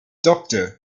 doctor